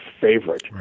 favorite